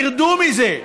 תרדו מזה.